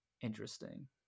interesting